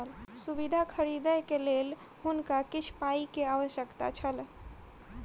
सुविधा खरीदैक लेल हुनका किछ पाई के आवश्यकता छल